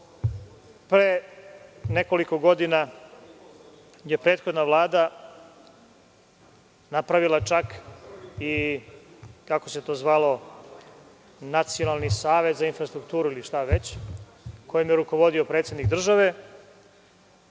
je nekoliko godina prethodna Vlada napravila čak i, kako se to zvalo, nacionalni savet za infrastrukturu, ili šta već, kojim je rukovodio predsednik države.